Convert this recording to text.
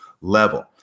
level